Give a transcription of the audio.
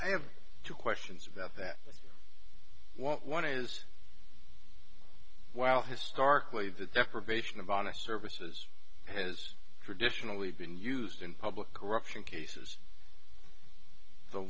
i have two questions about that i want one is while historically the deprivation of honest services has traditionally been used in public corruption cases the